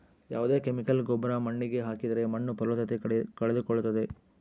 ಯಾವ್ದೇ ಕೆಮಿಕಲ್ ಗೊಬ್ರ ಮಣ್ಣಿಗೆ ಹಾಕಿದ್ರೆ ಮಣ್ಣು ಫಲವತ್ತತೆ ಕಳೆದುಕೊಳ್ಳುತ್ತದೆ